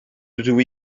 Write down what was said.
rydw